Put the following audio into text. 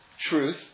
Truth